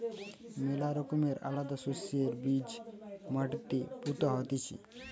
ম্যালা রকমের আলাদা শস্যের বীজ মাটিতে পুতা হতিছে